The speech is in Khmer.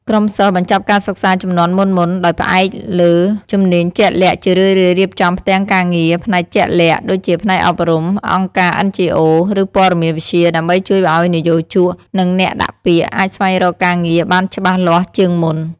ក្រុមសិស្សបញ្ចប់ការសិក្សាជំនាន់មុនៗ ដែលផ្អែកលើជំនាញជាក់លាក់ ជារឿយៗរៀបចំផ្ទាំងការងារផ្នែកជាក់លាក់ ដូចជាផ្នែកអប់រំ អង្គការ NGO ឬព័ត៌មានវិទ្យា ដើម្បីជួយឱ្យនិយោជក និងអ្នកដាក់ពាក្យអាចស្វែងរកការងារបានច្បាស់លាស់ជាងមុន។